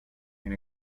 and